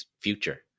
future